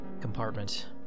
compartment